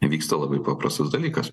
įvyksta labai paprastas dalykas